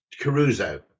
Caruso